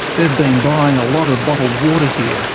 they've been buying a lot of bottled water here.